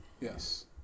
Yes